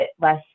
less